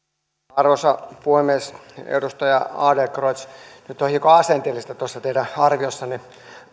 arvoisa puhemies edustaja adlercreutz nyt on hiukan asenteellisuutta tuossa teidän arviossanne